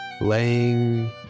laying